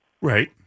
Right